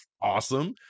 Awesome